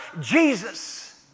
Jesus